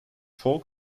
folk